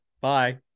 bye